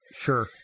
Sure